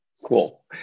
Cool